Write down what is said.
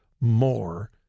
more